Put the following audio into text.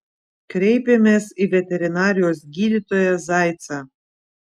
kreipėmės į veterinarijos gydytoją zaicą